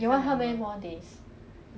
class pass 很贵